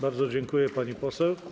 Bardzo dziękuję, pani poseł.